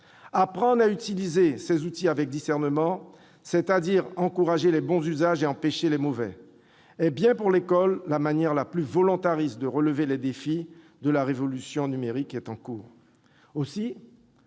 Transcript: jeunes à utiliser ces outils avec discernement, c'est-à-dire encourager les bons usages et empêcher les mauvais, c'est bien la manière la plus volontariste, pour l'école, de relever les défis de la révolution numérique en cours.